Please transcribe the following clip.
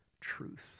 truth